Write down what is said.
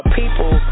people